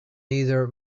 either